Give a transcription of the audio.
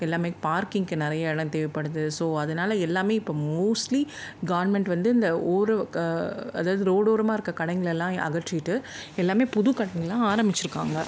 எல்லாமே பார்க்கிங்க்கு நிறையா இடம் தேவைப்படுது ஸோ அதனால் எல்லாமே இப்போ மோஸ்ட்லீ கவர்மெண்ட் வந்து இந்த ஊர் க அதாவது ரோடோரமாக இருக்கற கடைங்களெல்லாம் அகற்றிவிட்டு எல்லாமே புது கடைங்களாக ஆரமிச்சுருக்காங்க